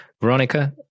Veronica